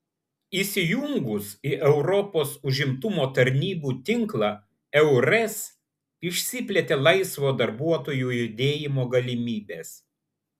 įsijungus į europos užimtumo tarnybų tinklą eures išsiplėtė laisvo darbuotojų judėjimo galimybės